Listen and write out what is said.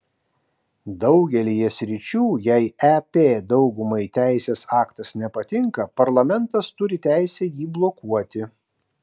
daugelyje sričių jei ep daugumai teisės aktas nepatinka parlamentas turi teisę jį blokuoti